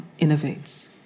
innovates